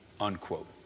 unquote